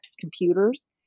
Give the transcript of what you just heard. computers